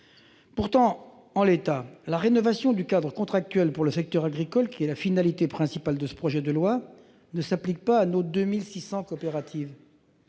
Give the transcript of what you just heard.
Pourtant, en l'état, la rénovation du cadre contractuel pour le secteur agricole, qui est la finalité principale de ce projet de loi, ne s'applique pas à nos 2 600 coopératives